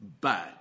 bad